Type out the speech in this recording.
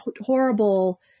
horrible